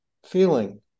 feeling